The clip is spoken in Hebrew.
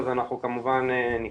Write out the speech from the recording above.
אנחנו כמובן נשמח.